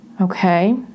Okay